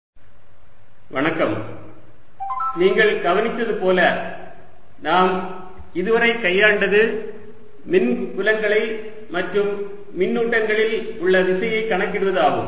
Cartesian மற்றும் உருளை ஆயத்தொலைகளில் கோடு மேற்பரப்பு மற்றும் கன அளவு கூறுகள் நீங்கள் கவனித்தது போல நாம் இதுவரை கையாண்டது மின்புலங்களை மற்றும் மின்னூட்டங்களில் உள்ள விசையை கணக்கிடுவது ஆகும்